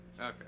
Okay